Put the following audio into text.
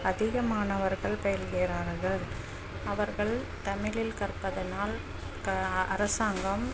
அதிக மாணவர்கள் பயில்கிறார்கள் அவர்கள் தமிழில் கற்பதனால் க அ அரசாங்கம்